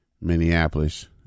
Minneapolis